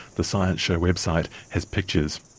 the science show website has pictures.